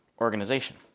organization